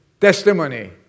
testimony